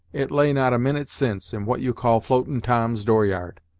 it lay not a minut' since, in what you call floatin' tom's door-yard.